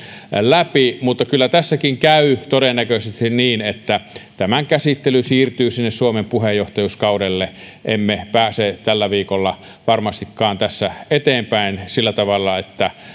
läpi mutta kyllä tässäkin käy todennäköisesti niin että tämän käsittely siirtyy sinne suomen puheenjohtajuuskaudelle emme pääse tällä viikolla varmastikaan tässä eteenpäin sillä tavalla että